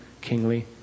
kingly